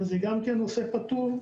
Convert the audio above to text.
זה גם נושא פתור.